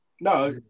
no